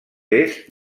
est